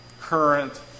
current